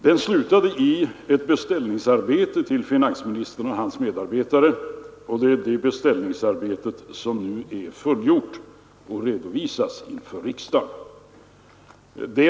Den slutade i ett beställningsarbete till finansministern och hans medarbetare, och det är det beställningsarbetet som nu är fullgjort och som redovisas inför riksdagen.